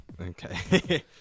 Okay